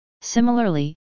Similarly